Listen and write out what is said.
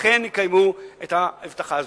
אכן יקיימו את ההבטחה הזאת.